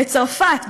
בצרפת,